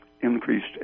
increased